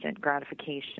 gratification